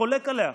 חולק עליה.